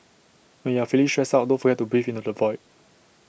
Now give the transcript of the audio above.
when you are feeling stressed out don't forget to breathe into the void